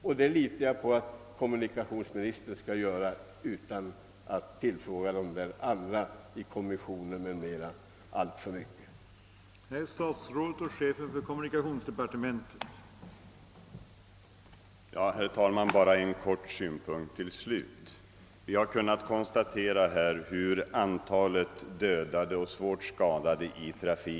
Jag litar på att kommunikationsministern kommer att ordna den saken, utan att alltför mycket fråga kommissionen och andra.